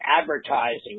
advertising